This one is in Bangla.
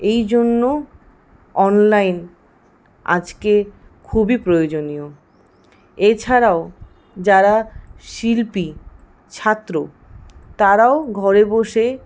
এই জন্য অনলাইন আজকে খুবই প্রয়োজনীয় এছাড়াও যারা শিল্পী ছাত্র তারাও ঘরে বসে